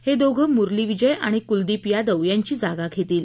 हे दोघं मुरली विजय आणि कुलदीप यादव यांची जागा घेतील